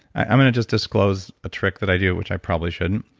i'm going to just disclose a trick that i do, which i probably shouldn't,